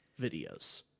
videos